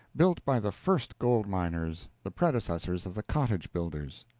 built by the first gold-miners, the predecessors of the cottage-builders.